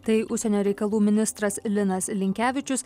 tai užsienio reikalų ministras linas linkevičius